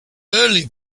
early